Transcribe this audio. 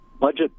budget